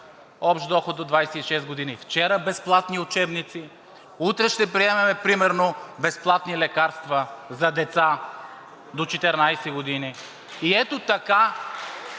общ доход до 26 години. Вчера безплатни учебници. Утре ще приемем примерно безплатни лекарства за деца до 14 години. (Ръкопляскания